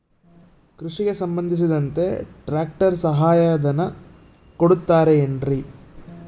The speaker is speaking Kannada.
ಕೃಷಿಗೆ ಸಂಬಂಧಿಸಿದಂತೆ ಟ್ರ್ಯಾಕ್ಟರ್ ಸಹಾಯಧನ ಕೊಡುತ್ತಾರೆ ಏನ್ರಿ?